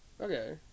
Okay